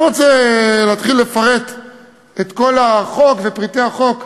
אני לא רוצה להתחיל לפרט את כל החוק ופריטי החוק.